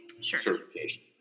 certification